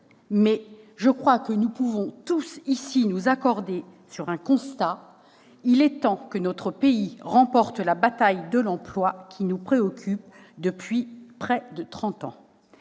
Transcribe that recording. dites, mais nous pouvons tous, ici, nous accorder sur un constat : il est temps que notre pays remporte la bataille de l'emploi, qui nous préoccupe depuis près de trente